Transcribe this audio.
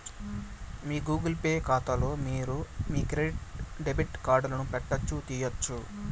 మీ Google Pay కాతాలో మీరు మీ క్రెడిట్ డెబిట్ కార్డులను పెట్టొచ్చు, తీయొచ్చు